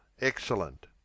Excellent